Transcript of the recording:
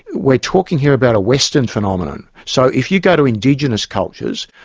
we're talking here about a western phenomenon, so if you go to indigenous cultures,